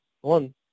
one